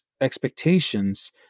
expectations